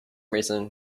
reason